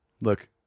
Look